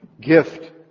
gift